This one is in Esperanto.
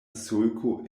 sulko